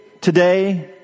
today